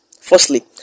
Firstly